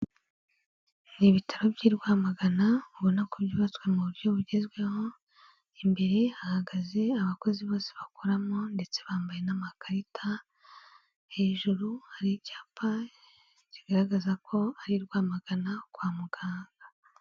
Ni ibitaro by'i Rwamagana ubona ko byubatswe mu buryo bugezweho, imbere hahagaze abakozi bose bakoramo ndetse bambaye n'amakarita, hejuru hari icyapa kigaragaza ko ari i Rwamagana kwa muganga.